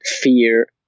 fear